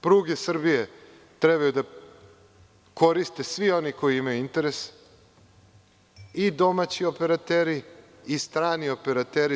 Pruge Srbije trebaju da koriste svi oni koji imaju interes, i domaći operateri i strani operateri.